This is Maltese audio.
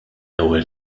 ewwel